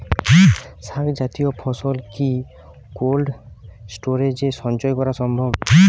শাক জাতীয় ফসল কি কোল্ড স্টোরেজে সঞ্চয় করা সম্ভব?